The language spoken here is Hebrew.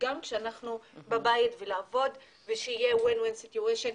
גם כשאנחנו בבית ולעבוד ושיהיה win win situation,